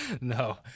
No